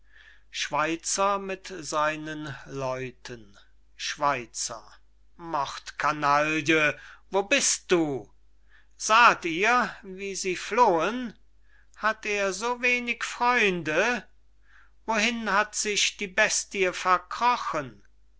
leuten schweizer mordkanaille wo bist du saht ihr wie sie flohen hat er so wenig freunde wohin hat sich die bestie verkrochen